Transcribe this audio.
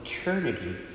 eternity